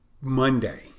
Monday